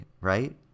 right